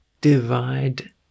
divide